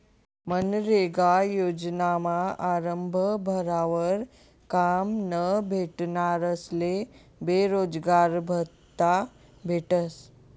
मनरेगा योजनामा आरजं भरावर काम न भेटनारस्ले बेरोजगारभत्त्ता भेटस